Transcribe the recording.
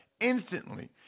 instantly